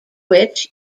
which